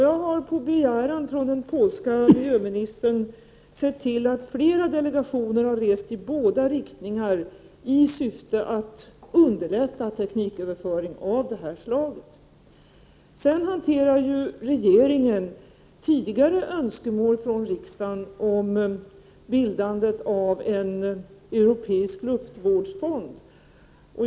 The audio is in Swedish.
Jag har på begäran av polske miljöministern sett till att flera delegationer rest i båda riktningar, i syfte att underlätta tekniköverföring av detta slag. Sedan hanterar regeringen tidigare önskemål från riksdagen om bildande av en europeisk luftvårdsfond.